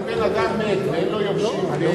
אם בן-אדם מת ואין לו יורשים,